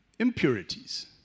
impurities